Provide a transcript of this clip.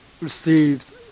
received